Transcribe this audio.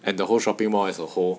and the whole shopping mall as a whole